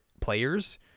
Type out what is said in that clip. players